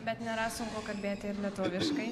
bet nėra sunku kalbėti ir lietuviškai